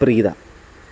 Preetha